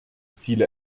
ziele